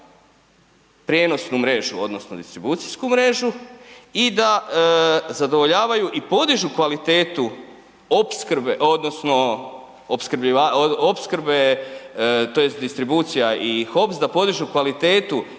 prijenosnu mrežu odnosno distribucijsku mrežu i da zadovoljavaju i podižu kvalitetu opskrbe odnosno opskrbljivača, opskrbe tj. distribucija i HOPS da podižu kvalitetu